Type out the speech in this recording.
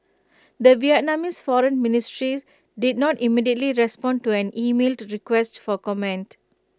the Vietnamese foreign ministry did not immediately respond to an emailed request for comment